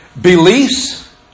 beliefs